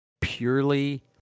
purely